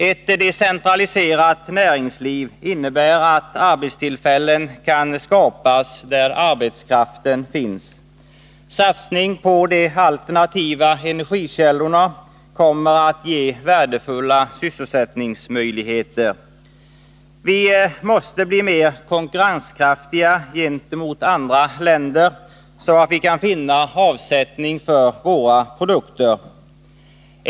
Ett decentraliserat näringsliv innebär att arbetstillfällen kan skapas där arbetskraften finns. Satsning på de alternativa energikällorna kommer att ge värdefulla sysselsättningsmöjligheter. Vi måste bli mer konkurrenskraftiga gentemot andra länder så att vi kan finna avsättning för våra produkter.